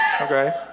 Okay